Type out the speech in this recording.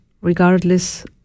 regardless